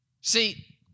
See